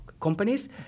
companies